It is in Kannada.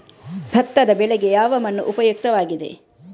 ಭತ್ತದ ಬೆಳೆಗೆ ಯಾವ ಮಣ್ಣು ಉಪಯುಕ್ತವಾಗಿದೆ?